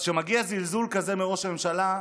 אז כשמגיע זלזול כזה מראש הממשלה,